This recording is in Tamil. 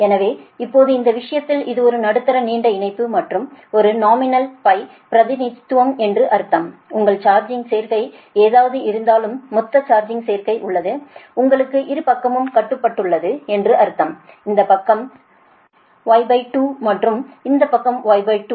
எனவே இப்போது இந்த விஷயத்தில் இது ஒரு நடுத்தர நீண்ட இணைப்பு மற்றும் ஒரு நாமினலான பிரதிநிதித்துவம் என்று அர்த்தம் உங்கள் சார்ஜிங் சேர்க்கை எதுவாக இருந்தாலும் மொத்த சார்ஜிங் சேர்க்கை உள்ளது உங்களுக்கு இரு பக்கமும் கட்டப்பட்டுள்ளது என்று அர்த்தம் இந்த பக்கம் Y2 மற்றும் இந்த பக்கம் Y2